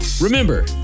Remember